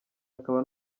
akaba